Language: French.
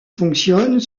fonctionnent